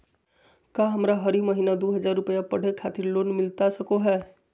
का हमरा हरी महीना दू हज़ार रुपया पढ़े खातिर लोन मिलता सको है?